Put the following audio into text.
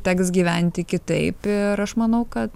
teks gyventi kitaip ir aš manau kad